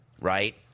Right